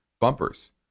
bumpers